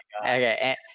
Okay